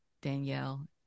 Danielle